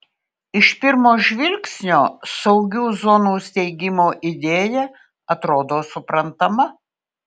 iš pirmo žvilgsnio saugių zonų steigimo idėja atrodo suprantama